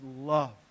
love